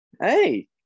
Hey